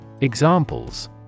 Examples